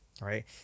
right